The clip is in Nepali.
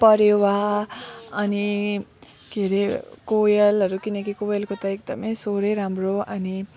परेवा अनि के अरे कोयलहरू किनकि कोयलको त एकदमै स्वरै राम्रो अनि